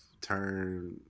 turn